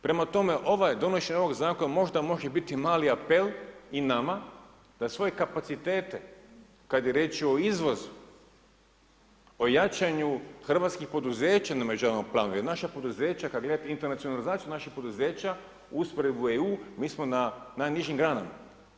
Prema tome, ovo je, donošenje ovog zakona možda može biti mali apel i nama, a svoje kapacitete, kada je riječ o izvozu, o jačanju hrvatskih poduzeća na međunarodnom planu, jer naša poduzeća kada gledati internacionalizaciju, naša poduzeća u usporedbi EU, mi smo na najnižim granama.